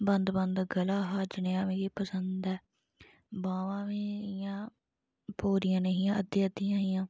बंद बंद गला हा जनेहा मिगी पसंद ऐ बाह्मां बी इ'यां पूरियां नेईं हियां अद्धियां अद्धियां हां